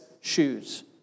shoes